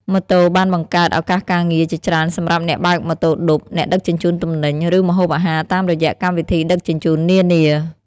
ម៉ូតូបានបង្កើត ឱកាសការងារ ជាច្រើនសម្រាប់អ្នកបើកម៉ូតូឌុប អ្នកដឹកជញ្ជូនទំនិញ ឬម្ហូបអាហារតាមរយៈកម្មវិធីដឹកជញ្ជូននានា ។